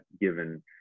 given